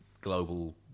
global